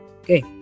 okay